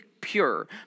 pure